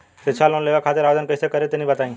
शिक्षा लोन लेवे खातिर आवेदन कइसे करि तनि बताई?